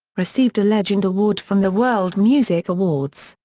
received a legend award from the world music awards.